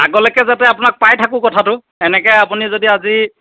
আগলৈকে যাতে আপোনাক পাই থাকোঁ কথাটো এনেকৈ আপুনি যদি আজি